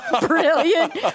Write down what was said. Brilliant